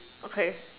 okay